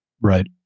right